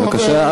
בבקשה,